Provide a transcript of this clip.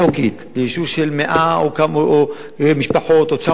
ביישוב של 100 משפחות או 900 נפשות,